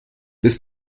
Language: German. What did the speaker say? bis